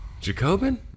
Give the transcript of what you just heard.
Jacobin